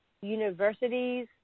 universities